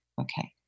Okay